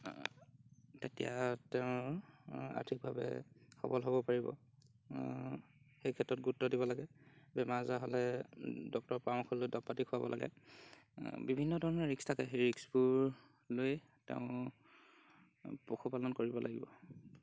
তেতিয়া তেঁওৰ আৰ্থিকভাৱে সবল হ'ব পাৰিব সেই ক্ষেত্ৰত গুৰুত্ব দিব লাগে বেমাৰ আজাৰ হলে ডক্তৰৰ পৰামৰ্শ লৈ দৰৱ পাতি খুৱাব লাগে আহ বিভিন্ন ধৰণৰ ৰিস্ক থাকে সেই ৰিস্কবোৰ লৈয়ে তেঁও পশুপালন কৰিব লাগিব